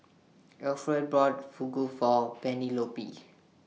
Alferd bought Fugu For Penelope